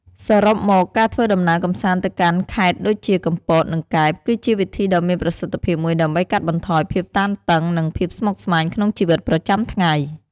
សរុបមក ការធ្វើដំណើរកម្សាន្តទៅកាន់ខេត្តដូចជាកំពត និងកែប គឺជាវិធីដ៏មានប្រសិទ្ធភាពមួយដើម្បីកាត់បន្ថយភាពតានតឹង និងភាពស្មុគស្មាញក្នុងជីវិតប្រចាំថ្ងៃ។